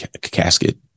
casket